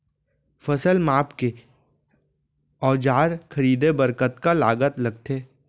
फसल मापके के औज़ार खरीदे बर कतका लागत लगथे?